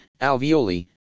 alveoli